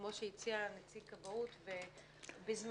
כמו שהציע נציג כבאות בזמנו.